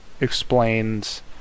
explains